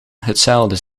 hetzelfde